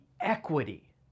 equity